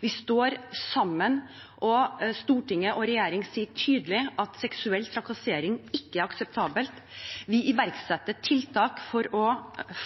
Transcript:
Vi står sammen, og Stortinget og regjeringen sier tydelig at seksuell trakassering ikke er akseptabelt. Vi iverksetter tiltak for å